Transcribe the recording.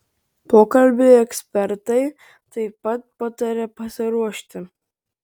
pokalbiui ekspertai taip pat pataria pasiruošti